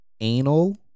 anal